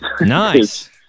Nice